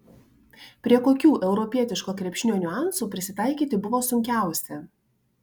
prie kokių europietiško krepšinio niuansų prisitaikyti buvo sunkiausia